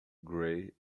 gray